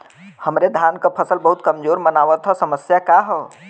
हमरे धान क फसल बहुत कमजोर मनावत ह समस्या का ह?